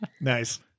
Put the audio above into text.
Nice